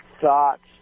thoughts